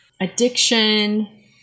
addiction